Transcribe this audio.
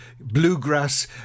bluegrass